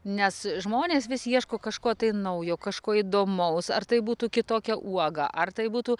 nes žmonės vis ieško kažko naujo kažko įdomaus ar tai būtų kitokia uoga ar tai būtų